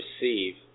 receive